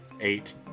eight